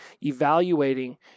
evaluating